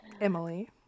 Emily